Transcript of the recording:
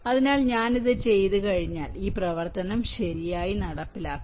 അതിനാൽ ഞാൻ ഇത് ചെയ്തുകഴിഞ്ഞാൽ ഞാൻ ഈ പ്രവർത്തനം ശരിയായി നടപ്പിലാക്കി